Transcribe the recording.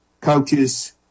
coaches